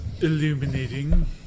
illuminating